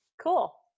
Cool